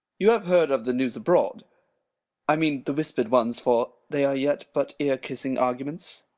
you have heard of the news abroad i mean the whisper'd ones, for they are yet but ear-kissing arguments?